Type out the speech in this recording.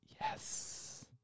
yes